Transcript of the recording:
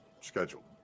schedule